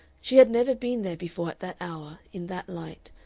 she had never been there before at that hour, in that light,